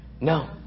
No